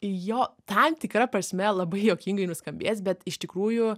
jo tam tikra prasme labai juokingai nuskambės bet iš tikrųjų